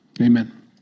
amen